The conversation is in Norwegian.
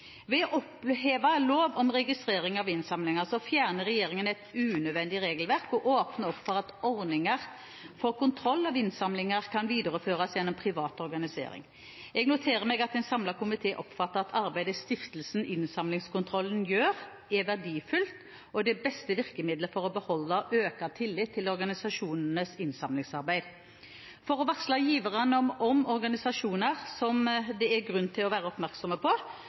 Ved å oppheve lov om registrering av innsamlinger fjerner regjeringen et unødvendig regelverk og åpner opp for at ordninger for kontroll av innsamlinger kan videreføres gjennom privat organisering. Jeg noterer meg at en samlet komité oppfatter at arbeidet Stiftelsen Innsamlingskontrollen gjør, er verdifullt og det beste virkemiddelet for å beholde og øke tilliten til organisasjonenes innsamlingsarbeid. For å varsle givere om organisasjoner som det er grunn til å være oppmerksomme på,